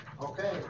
Okay